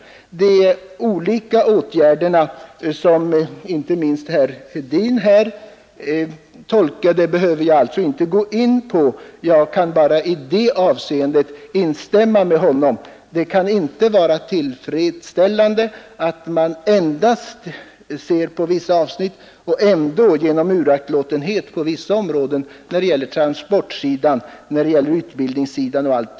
De olika åtgärder som inte minst herr Hedin talade om behöver jag alltså inte gå in på. Jag kan bara i det avseendet instämma med honom. Det kan inte vara tillfredsställande om man vidtar åtgärder på vissa avsnitt men uraktlåter andra, exempelvis transportsidan, utbildningen osv.